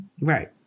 Right